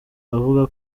avuga